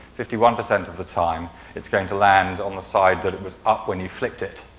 fifty one percent of the time it's going to land on the side that it was up when you flicked it.